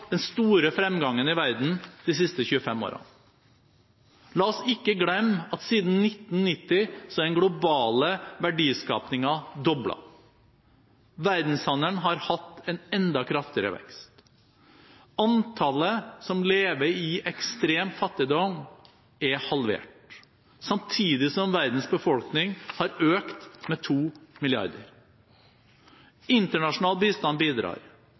den store fremgangen i verden de siste 25 årene. La oss ikke glemme at siden 1990 er den globale verdiskapingen doblet. Verdenshandelen har hatt en enda kraftigere vekst. Antallet som lever i ekstrem fattigdom, er halvert, samtidig som verdens befolkning har økt med to milliarder mennesker. Internasjonal bistand bidrar,